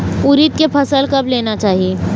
उरीद के फसल कब लेना चाही?